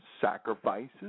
sacrifices